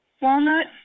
Walnut